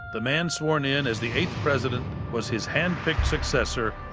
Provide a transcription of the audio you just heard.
the man sworn in as the eighth president was his handpicked successor,